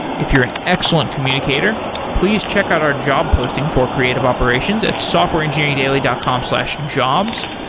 if you're an excellent communicator, please check out our job posting for creative operations at softwareengineeringdaily dot com slash jobs.